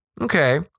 Okay